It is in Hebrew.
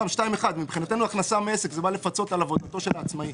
לפי סעיף 2(1). מבחינתנו הכנסה מעסק זה בא לפצות על עבודתו של העצמאי.